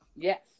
Yes